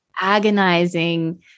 agonizing